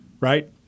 right